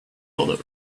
other